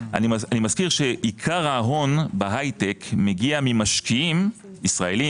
אני מזכיר שעיקר ההון בהייטק משקיע ממשקיעים ישראליים,